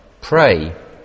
Pray